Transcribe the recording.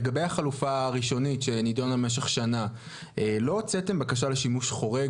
לגבי החלופה הראשונית שנידונה במשך שנה לא הוצאתם בקשה לשימוש חורג?